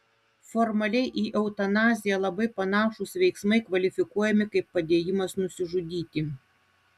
formaliai į eutanaziją labai panašūs veiksmai kvalifikuojami kaip padėjimas nusižudyti